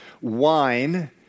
wine